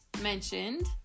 mentioned